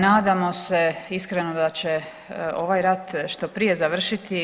Nadamo se iskreno da će ovaj rat što prije završiti.